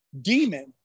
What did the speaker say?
demon